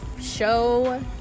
show